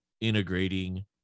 integrating